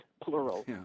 plural